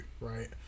right